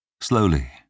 Slowly